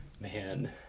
man